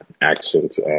actions